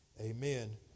Amen